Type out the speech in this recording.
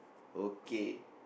okay